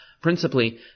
principally